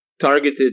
targeted